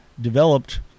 developed